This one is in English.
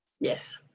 Yes